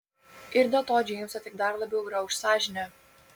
ir dėl to džeimsą tik dar labiau grauš sąžinė